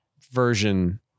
version